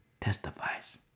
testifies